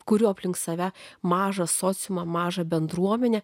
kuriu aplink save mažą sociumą mažą bendruomenę